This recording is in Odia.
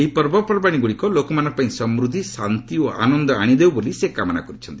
ଏହି ପର୍ବପର୍ବାଣିଗ୍ରଡ଼ିକ ଲୋକମାନଙ୍କପାଇଁ ସମୃଦ୍ଧି ଶାନ୍ତି ଓ ଆନନ୍ଦ ଆଣିଦେଉ ବୋଲି ସେ କାମନା କରିଛନ୍ତି